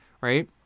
right